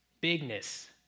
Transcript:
Bigness